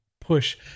push